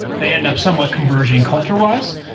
they end up somewhat converging culture wise.